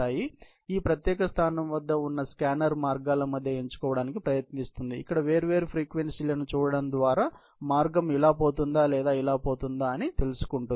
మీకు తెలుసా ఈ ప్రత్యేక స్థానం వద్ద ఉన్న స్కానర్ ఈ మార్గల మధ్య ఎంచుకోవడానికి ప్రయత్నిస్తుంది ఇక్కడ వేరువేరు ఫ్రీక్వెన్సీలని చూడటం ద్వారా మార్గం ఇలా పోతుందా లేదా ఇలా పోతుందా అని తెలుసుకొంటుంది